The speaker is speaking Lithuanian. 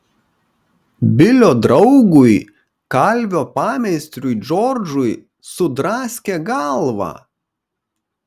bilio draugui kalvio pameistriui džordžui sudraskė galvą